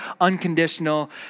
unconditional